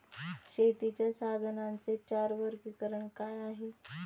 शेतीच्या साधनांचे चार वर्गीकरण काय आहे?